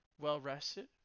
well-rested